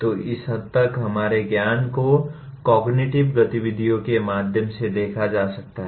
तो इस हद तक हमारे ज्ञान को इस कॉग्निटिव गतिविधियों के माध्यम से देखा जा सकता है